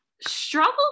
struggle